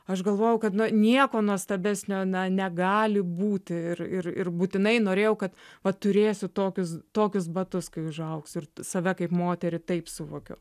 aš galvojau kad nuo nieko nuostabesnio na negali būti ir ir ir būtinai norėjau kad vat turėsiu tokius tokius batus kai užaugsiu ir save kaip moterį taip suvokiau